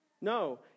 no